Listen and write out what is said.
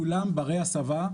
כולם ברי הסבה.